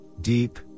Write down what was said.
deep